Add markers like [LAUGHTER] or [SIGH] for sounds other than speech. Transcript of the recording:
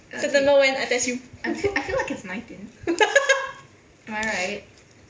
september when I test you [LAUGHS]